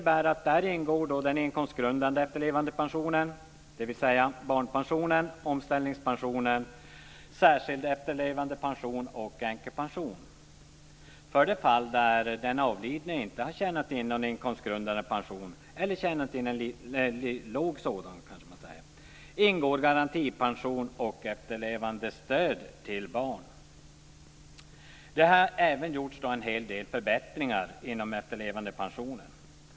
Där ingår den inkomstgrundande efterlevandepensionen, dvs. barnpension, omställningspension, särskild efterlevandepension och änkepension. För de fall där den avlidne inte har tjänat in någon inkomstgundad pension, eller tjänat in en låg sådan pension, ingår garantipension och efterlevandestöd till barn. Det har även gjorts en hel del förbättringar inom efterlevandepensionen.